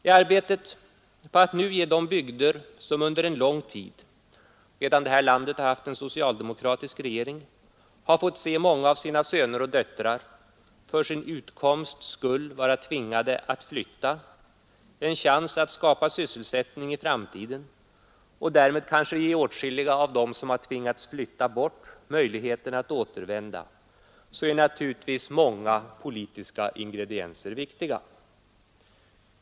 I arbetet på att nu ge de bygder som under en lång tid, medan detta land har haft en socialdemokratisk regering, fått se många av sina söner och döttrar för sin utkomsts skull vara tvingade att flytta en chans att skapa sysselsättning i framtiden — och därmed kanske ge åtskilliga av dem som tvingats flytta bort möjligheten att återvända är naturligtvis många politiska ingredienser viktiga.